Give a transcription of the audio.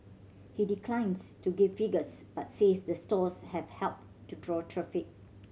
he declines to give figures but says the stores have helped to draw traffic